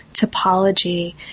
topology